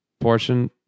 portion